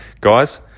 guys